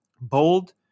Bold